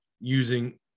using